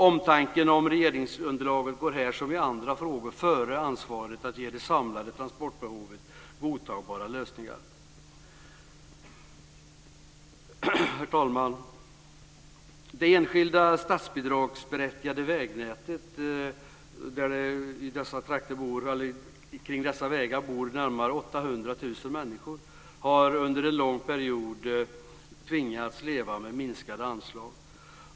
Omtanken om regeringsunderlaget går här som i andra frågor före ansvaret att ge det samlade transportbehovet godtagbara lösningar. Herr talman! Det enskilda statsbidragsberättigade vägnätet har under en lång period tvingats leva med minskade anslag. Kring dessa vägar bor närmare 800 000 människor.